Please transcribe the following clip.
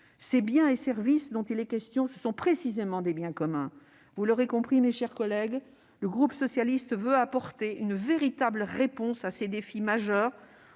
Ces biens et services dont il est question sont, précisément, des « biens communs ». Vous l'aurez compris, mes chers collègues, le groupe socialiste veut apporter une véritable réponse à ces défis majeurs